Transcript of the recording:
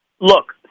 Look